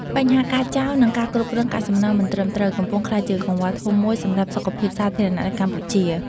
បញ្ហាការចោល និងការគ្រប់គ្រងកាកសំណល់មិនត្រឹមត្រូវ កំពុងក្លាយជាកង្វល់ធំមួយសម្រាប់សុខភាពសាធារណៈនៅកម្ពុជា។